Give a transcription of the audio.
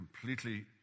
completely